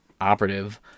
Operative